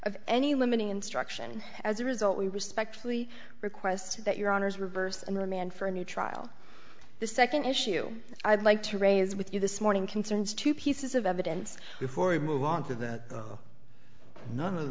of any limiting instruction as a result we respectfully request that your honors reversed and remand for a new trial the second issue i'd like to raise with you this morning concerns two pieces of evidence before we move on to that none of